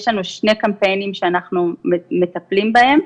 יש לנו שני קמפיינים שאנחנו מטפלים בהם.